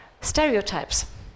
stereotypes